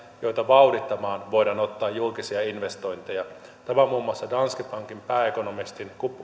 joita vauhdittamaan voidaan ottaa julkisia investointeja tämä on muun muassa danske bankin pääekonomistin